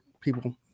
people